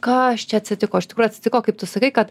kas čia atsitiko iš tikrųjų atsitiko kaip tu sakai kad